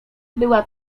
była